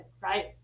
right